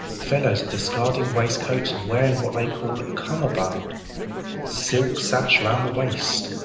fellows are discarding waistcoats and wearing what they call a cummerbund silk sash round the waist.